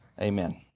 Amen